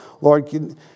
Lord